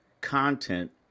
content